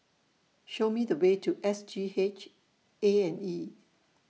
Show Me The Way to S G H A and E